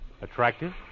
Attractive